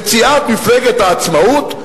נציגת מפלגת העצמאות,